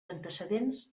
antecedents